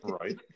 Right